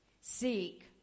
seek